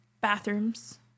Bathrooms